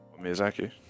Miyazaki